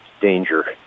danger